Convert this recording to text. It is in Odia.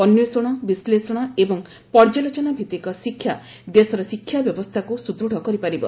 ଅନ୍ପେଷଣ ବିଶ୍ଳେଷଣ ଏବଂ ପର୍ଯ୍ୟାଲୋଚନା ଭିତ୍ତିକ ଶିକ୍ଷା ଦେଶର ଶିକ୍ଷା ବ୍ୟବସ୍ଥାକୁ ସୁଦୃଢ଼ କରିପାରିବ